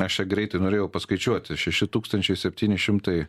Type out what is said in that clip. aš čia greitai norėjau paskaičiuoti šeši tūkstančiai septyni šimtai